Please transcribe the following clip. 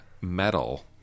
metal